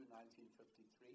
1953